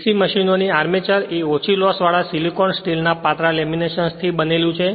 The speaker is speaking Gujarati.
DC મશીનોની આર્મચર એ ઓછી લોસ વાળા સિલિકોન સ્ટીલના પાતળા લેમિનેશન થી બનેલું છે